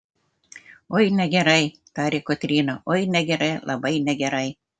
oi negerai tarė kotryna oi negerai labai negerai